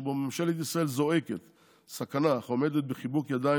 שבו ממשלת ישראל זועקת "סכנה" אך עומדת בחיבוק ידיים,